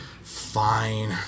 fine